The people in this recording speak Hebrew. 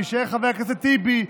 ויישאר חבר הכנסת טיבי,